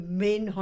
main